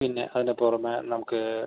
പിന്നെ അതിന്റെ പുറമെ നമുക്ക്